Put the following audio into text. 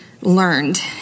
learned